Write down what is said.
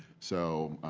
so,